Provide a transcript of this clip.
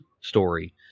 story